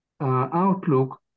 outlook